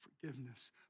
forgiveness